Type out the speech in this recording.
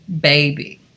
baby